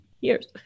years